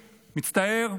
מצטער,